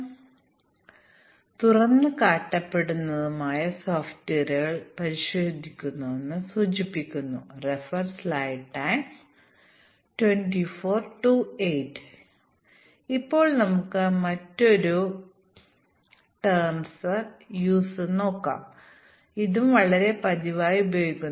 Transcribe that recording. ഏറ്റവും താഴെയുള്ള തലത്തിൽ ഒരു മൊഡ്യൂളും അതിനൊപ്പം മറ്റൊരു മൊഡ്യൂളും സംയോജിപ്പിക്കും എന്നാൽ ഞങ്ങൾ ഈ ഇന്റേഗ്രേഷൻ ചെയ്യുമ്പോൾ ഇവ താഴത്തെ നിലയിലുള്ള മൊഡ്യൂളായതിനാൽ ഡ്രൈവറുകൾ എന്ന് വിളിക്കപ്പെടുന്ന ചില സോഫ്റ്റ്വെയറുകൾ നമുക്ക് ഉണ്ടായിരിക്കണം അത് യഥാർത്ഥത്തിൽ ഈ താഴെയുള്ള മൊഡ്യൂളുകളെ വിളിക്കും